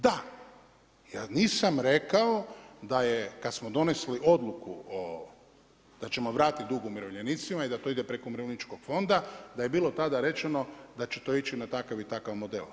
Da, ja nisam rekao da je kad smo donesli odluku, o, da ćemo vratiti dug umirovljenicima i da to ide preko umirovljeničkog fonda, da je bilo tada rečeno, da će to ići na takav i takav model.